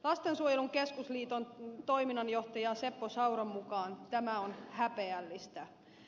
lastensuojelun keskusliiton toiminnanjohtaja seppo sauron mukaan tämä on häpeällistä